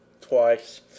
Twice